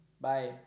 Bye